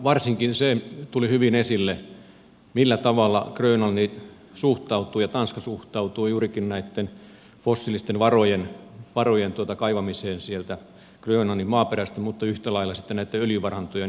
varsinkin se tuli hyvin esille millä tavalla grönlanti ja tanska suhtautuvat juurikin näitten fossiilisten varojen kaivamiseen sieltä grönlannin maaperästä mutta yhtä lailla sitten näitten öljyvarantojen hyödyntämiseen